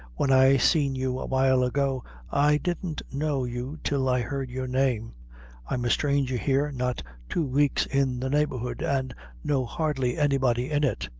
when i seen you awhile ago i didn't know you till i heard your name i'm a stranger here, not two weeks in the neighborhood, and know hardly anybody in it.